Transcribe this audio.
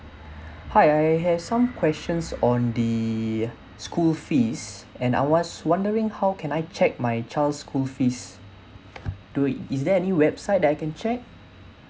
hi I have some questions on the school fees and I was wondering how can I check my child school fees do it is there any website that I can check